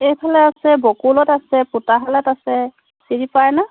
সেইফালে আছে বকুলত আছে পোতাশালত আছে চিনি পায় ন